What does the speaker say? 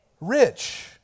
rich